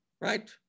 Right